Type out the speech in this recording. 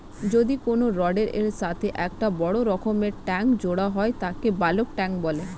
যদি কোনো রডের এর সাথে একটা বড় রকমের ট্যাংক জোড়া হয় তাকে বালক ট্যাঁক বলে